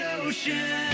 ocean